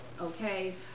okay